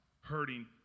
hurting